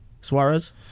Suarez